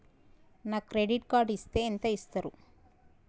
నాకు credit card ఇస్తే ఎంత ఇస్తరు?